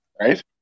Right